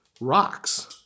rocks